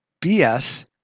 BS